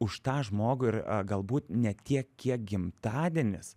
už tą žmogų ir galbūt ne tiek kiek gimtadienis